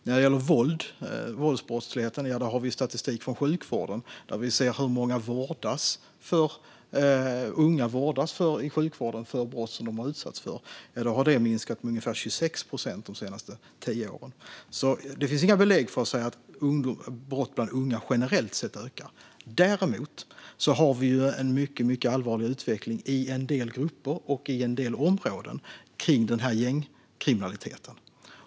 När det gäller våldsbrottsligheten har vi statistik från sjukvården där vi ser hur många unga som får vård med anledning av brott som de har utsatts för, och det har minskat med ungefär 26 procent de senaste tio åren. Det finns inga belägg för att brott bland unga generellt sett ökar. Däremot har vi i en del grupper och i en del områden en mycket allvarlig utveckling av gängkriminaliteten.